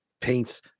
paints